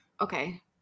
Okay